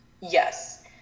Yes